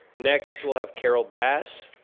next we'll have carol bass.